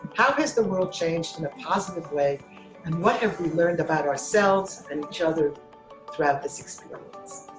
how has the world changed in a positive way and what have we learned about ourselves and each other throughout this experience?